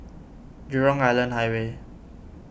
Jurong Island Highway